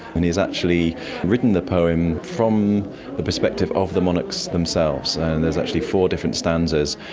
and he has actually written the poem from the perspective of the monarchs themselves, and there's actually four different stanzas,